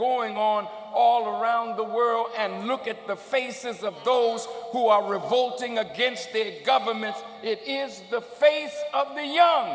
going on all around the world and look at the faces of those who are revolting against the government it is the face of the young